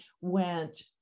went